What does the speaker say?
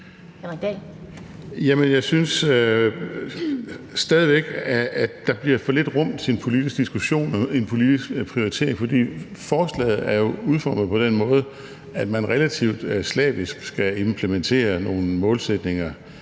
Jeg synes stadig væk, at der bliver for lidt rum til en politisk diskussion og en politisk prioritering, for forslaget er jo udformet på den måde, at man relativt slavisk skal implementere nogle målsætninger